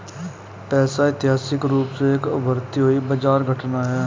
पैसा ऐतिहासिक रूप से एक उभरती हुई बाजार घटना है